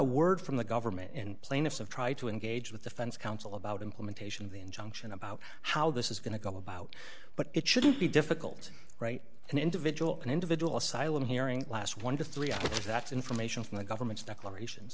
a word from the government and plaintiffs have tried to engage with the fence council about implementation of the injunction about how this is going to go about but it shouldn't be difficult right an individual an individual asylum hearing last one to three hours that's information from the government's declarations